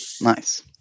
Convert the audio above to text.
Nice